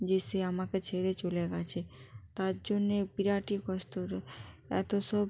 যে সে আমাকে ছেড়ে চলে গিয়েছে তার জন্যে বিরাটই কষ্ট রে এত সব